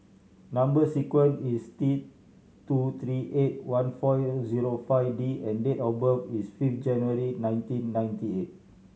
number sequence is T two three eight one four zero five D and date of birth is fifth January nineteen ninety eight